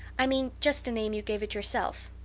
i mean just a name you gave it yourself.